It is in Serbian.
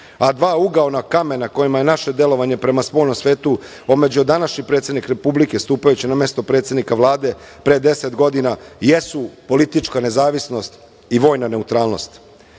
a dva ugaona kamena kojima je naše delovanje prema spoljnom svetu omeđio današnji predsednik Republike, stupajući na mesto predsednika Vlade pre 10 godina, jesu politička nezavisnost i vojna neutralnost. Vlada